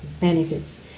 benefits